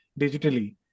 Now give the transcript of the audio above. digitally